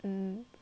mm